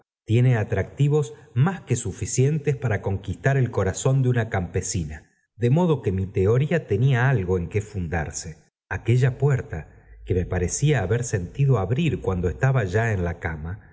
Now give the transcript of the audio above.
tiene atractivos más que suficientes para conquistar el corazón de una campesina de modo que mi teona tenia algo en qué fundarse aquella puerta que me parecía haber sentido abrir cuando estaba ya en la cama